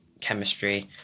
chemistry